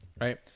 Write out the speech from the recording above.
Right